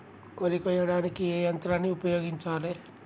వరి కొయ్యడానికి ఏ యంత్రాన్ని ఉపయోగించాలే?